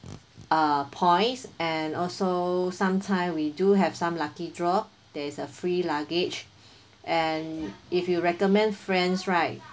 uh points and also some time we do have some lucky draw there is a free luggage and if you recommend friends right